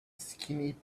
skinny